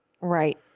Right